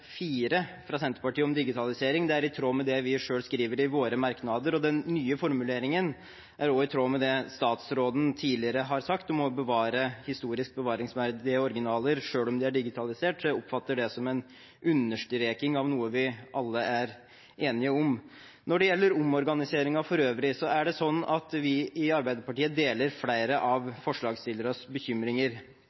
fra Senterpartiet, om digitalisering. Det er i tråd med det vi selv skriver i våre merknader. Den nye formuleringen er også i tråd med det statsråden tidligere har sagt – å bevare historisk bevaringsverdige originaler selv om de er digitalisert. Jeg oppfatter det som en understreking av noe vi alle er enige om. Når det gjelder omorganiseringen for øvrig, deler vi i Arbeiderpartiet flere av forslagsstillernes bekymringer.